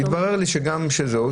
התברר לי שגם, שזה.